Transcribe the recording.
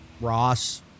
Ross